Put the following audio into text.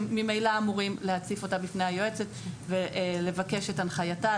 הם ממילא אמורים להציף אותה בפני היועצת ולבקש את הנחייתה,